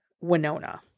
Winona